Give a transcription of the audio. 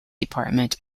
department